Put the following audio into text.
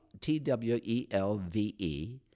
T-W-E-L-V-E